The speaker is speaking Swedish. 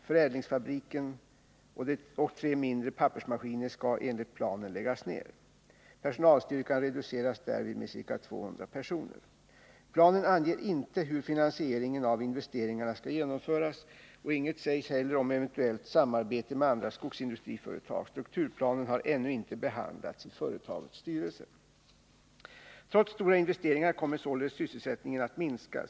Förädlingsfabriken och tre mindre pappersmaskiner skall enligt planen läggas ned. Personalstyrkan reduceras därvid med ca 200 personer. Planen anger inte hur finansieringen av investeringarna skall genomföras och inget sägs heller om eventuellt samarbete med andra skogsindustriföretag. Strukturplanen har ännu inte behandlats i företagets styrelse. Trots stora investeringar kommer således sysselsättningen att minska.